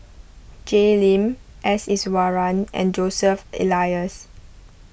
Jay Lim S Iswaran and Joseph Elias